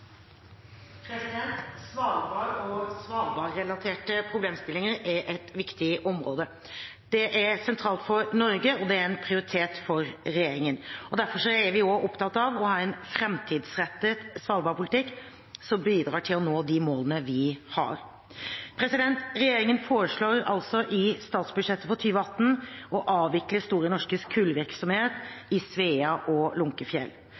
Svalbard og svalbardrelaterte problemstillinger er et viktig område. Det er sentralt for Norge, og det er en prioritet for regjeringen. Derfor er vi også opptatt av å ha en framtidsrettet svalbardpolitikk som bidrar til å nå de målene vi har. Regjeringen foreslår i statsbudsjettet for 2018 å avvikle Store Norskes kullvirksomhet i Svea og Lunckefjell.